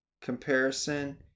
comparison